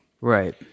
Right